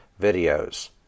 videos